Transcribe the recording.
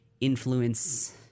influence